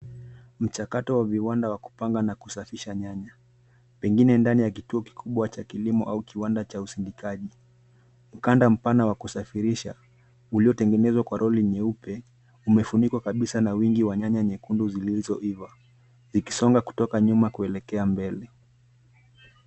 Mchakato wa viwanda wa kupanga na kusafisha nyanya. Pengine ndani ya kituo kikubwa cha kilimo au kiwanda cha usindikaji. Mkanda mpana wa kusafirisha uliotegenezwa kwa lori nyeupe umefunikwa kabisa na wingi wa nyanaya nyekundu zilizoiva zikisonga kutoka nyuma kuelekea mbele.